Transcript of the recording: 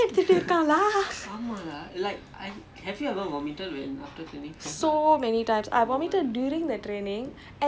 then like I was looking over இரண்டு பேர்தான் இருந்தோம்:irandu paerthaan irunthoam lah பார்த்தேன் ஒருத்தன் வாந்தி எடுத்துட்டு இருக்கிறான்:paarthen orutthan vaanthi eduthuttu irukkiraan lah